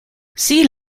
see